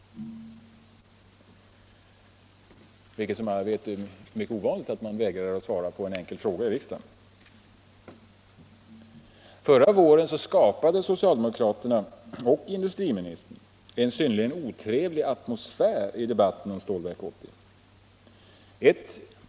Som alla vet är det mycket ovanligt att man vägrar att svara på en enkel fråga i riksdagen. Förra våren skapade industriministern och andra socialdemokrater en synnerligen otrevlig atmosfär i debatten om Stålverk 80.